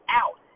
out